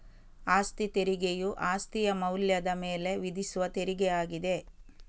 ಅಸ್ತಿ ತೆರಿಗೆಯು ಅಸ್ತಿಯ ಮೌಲ್ಯದ ಮೇಲೆ ವಿಧಿಸುವ ತೆರಿಗೆ ಆಗಿದೆ